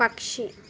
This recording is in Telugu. పక్షి